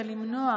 זה למנוע